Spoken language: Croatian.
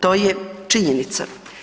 To je činjenica.